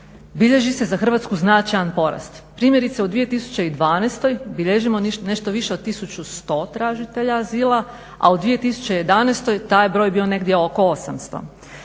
bilježi se za Hrvatsku značajan porast. Primjerice u 2012. bilježimo nešto više od 1100 tražitelja azila, a u 2011. taj je broj bio negdje oko 800.